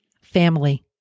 family